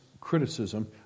criticism